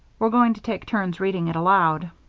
we're going to take turns reading it aloud.